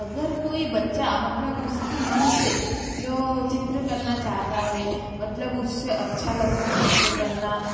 अगर कोई बच्चा मतलब उसकी मन से जो चित्र करना चाहता है मतलब उससे अच्छा लगता है चित्र करना